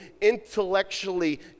intellectually